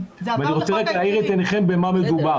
אני רוצה להאיר את עיניכם במה מדובר.